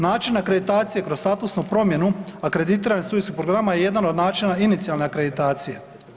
Način akreditacije kroz statusnu promjenu akreditiranih studijskih programa je jedan od načina inicijalne akreditacije.